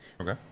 Okay